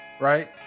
right